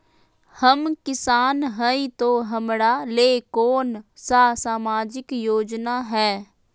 हम किसान हई तो हमरा ले कोन सा सामाजिक योजना है?